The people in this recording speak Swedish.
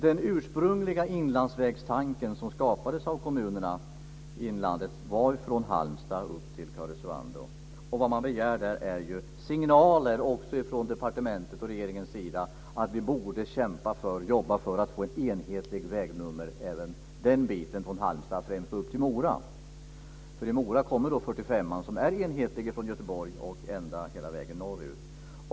Den ursprungliga inlandsvägstanken som skapades av kommunerna i inlandet var en väg från Halmstad upp till Karesuando. Vad man begär är signaler från departementets och regeringens sida. Vi borde kämpa och jobba för att få ett enhetligt vägnummer för främst biten Halmstad upp till Mora. I Mora kommer väg 45 som är enhetlig från Göteborg och hela vägen norrut.